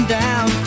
down